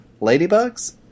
ladybugs